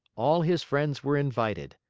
all his friends were invited.